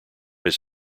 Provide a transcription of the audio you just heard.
his